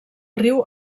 riu